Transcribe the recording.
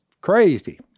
crazy